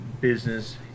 business